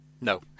No